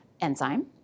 enzyme